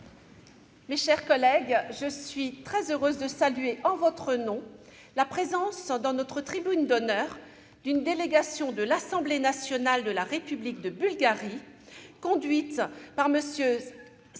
Mes chers collègues, je suis très heureuse de saluer en votre nom la présence, dans notre tribune d'honneur, d'une délégation de l'Assemblée nationale de la République de Bulgarie, conduite par M. Tsvetan